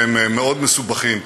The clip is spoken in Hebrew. שהם מאוד מסובכים,